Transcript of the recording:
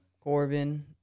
Corbin